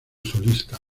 solista